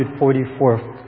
144